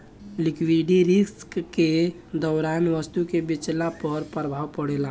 liquidity risk के दौरान वस्तु के बेचला पर प्रभाव पड़ेता